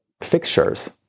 fixtures